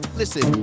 listen